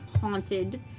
haunted